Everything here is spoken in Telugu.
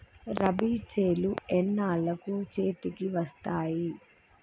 రబీ చేలు ఎన్నాళ్ళకు చేతికి వస్తాయి?